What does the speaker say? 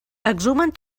exhumen